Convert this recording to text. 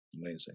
Amazing